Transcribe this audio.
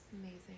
Amazing